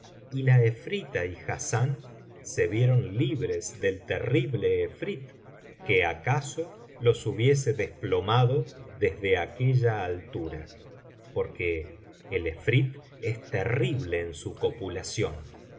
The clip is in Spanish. y la efrita y hasaán se vieron libres del terrible efrit que acaso los hubiese desplomado desde aquella altura porque el efrit es terrible en su copulación